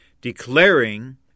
declaring